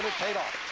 paid off.